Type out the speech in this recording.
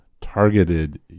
targeted